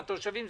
התושבים.